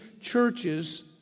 churches